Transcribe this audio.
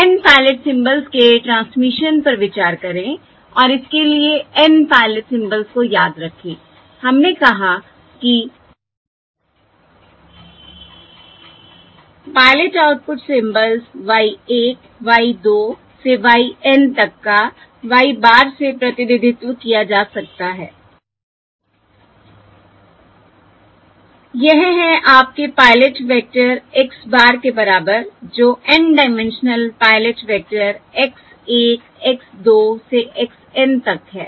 N pilot symbols के transmission पर विचार करें और इसके लिए N पायलट सिंबल्स को याद रखें हमने कहा कि pilot output symbols y 1 y 2 से y N तक का y bar से प्रतिनिधित्व किया जा सकता है यह है आपके पायलट वेक्टर x bar के बराबर जो N dimensional pilot vector X1 x 2 से x N तक है